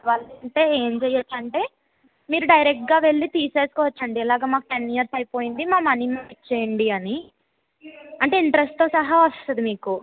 money ఇవ్వాలంటే ఏం చెయ్యొచ్చు అంటే మీరు డైరెక్ట్గా వెళ్ళి తీసేస్కోవచ్చండి ఇలాగా మాకు టెన్ ఇయర్స్ అయిపోయింది మా మనీ మాకు ఇచ్చేయండి అని అంటే ఇంట్రెస్ట్తో సహా వస్తుంది మీకు